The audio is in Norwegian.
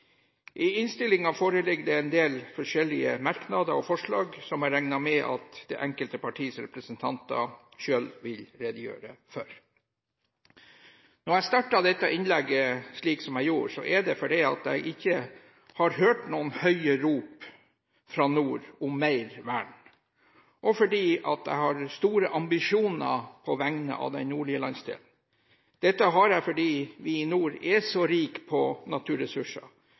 I innstillingen foreligger det en del forskjellige merknader og forslag som jeg regner med at det enkelte partis representanter selv vil redegjøre for. Når jeg starter dette innlegget slik jeg gjør, er det fordi jeg ikke har hørt noen høye rop fra nord om mer vern, og fordi jeg har store ambisjoner på vegne av den nordlige landsdelen. Dette har jeg fordi vi i nord er så rike på naturressurser.